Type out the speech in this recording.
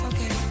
Okay